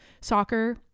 soccer